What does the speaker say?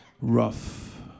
rough